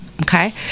okay